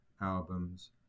albums